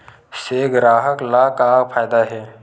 से ग्राहक ला का फ़ायदा हे?